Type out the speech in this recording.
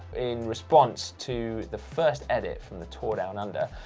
in response to the first edit from the tour down under,